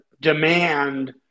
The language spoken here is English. demand